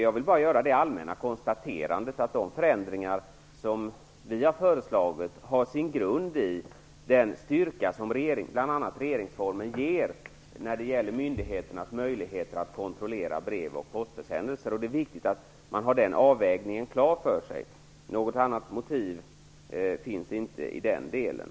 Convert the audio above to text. Jag vill bara göra det allmänna konstaterandet att de förändringar som vi har föreslagit har sin grund i den styrka som bl.a. regeringsformen ger när det gäller myndigheternas möjligheter att kontrollera brev och postförsändelser. Det är viktigt att ha den avvägningen klar för sig. Något annat motiv finns inte i den delen.